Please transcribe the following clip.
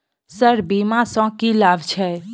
Sir बीमा सँ की लाभ छैय?